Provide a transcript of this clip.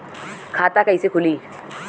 खाता कईसे खुली?